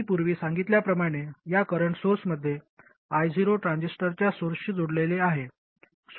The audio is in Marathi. मी पूर्वी सांगितल्याप्रमाणे या करंट सोर्समध्ये I0 ट्रान्झिस्टरच्या सोर्सशी जोडलेले आहे